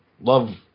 love